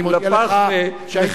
הייתי בארצות-הברית